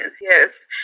Yes